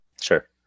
sure